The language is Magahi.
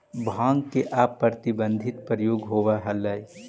भाँग के अप्रतिबंधित प्रयोग होवऽ हलई